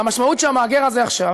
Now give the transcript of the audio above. הרי המשמעות היא שהמאגר הזה עכשיו